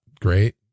great